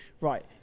right